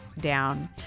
down